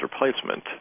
replacement